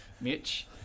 Mitch